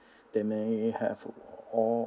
they may have all